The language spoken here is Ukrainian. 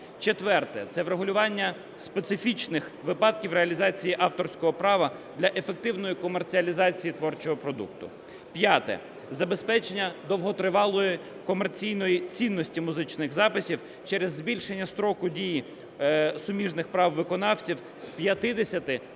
Четверте. Це врегулювання специфічних випадків реалізації авторського права для ефективної комерціалізації творчого продукту. П'яте. Забезпечення довготривалої комерційної цінності музичних записів через збільшення стоку дії суміжних прав виконавців з 50